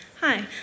Hi